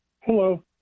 Hello